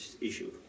issue